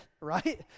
right